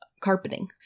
carpeting